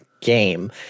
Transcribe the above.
game